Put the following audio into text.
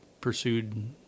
pursued